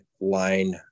line